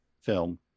Film